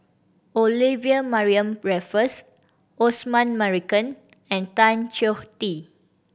Olivia Mariamne Raffles Osman Merican and Tan Choh Tee